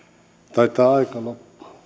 taitaa aika loppua